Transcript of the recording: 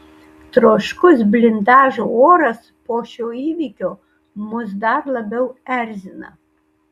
troškus blindažo oras po šio įvykio mus dar labiau erzina